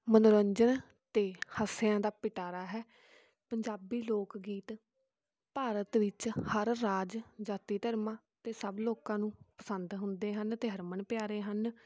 ਮੰਨੋਰੰਜਨ ਅਤੇ ਹਾਸਿਆਂ ਦਾ ਪਿਟਾਰਾ ਹੈ ਪੰਜਾਬੀ ਲੋਕ ਗੀਤ ਭਾਰਤ ਵਿੱਚ ਹਰ ਰਾਜ ਜਾਤੀ ਧਰਮਾਂ ਅਤੇ ਸਭ ਲੋਕਾਂ ਨੂੰ ਪਸੰਦ ਹੁੰਦੇ ਹਨ ਅਤੇ ਹਰਮਨ ਪਿਆਰੇ ਹਨ